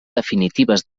definitives